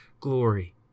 glory